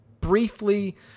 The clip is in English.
briefly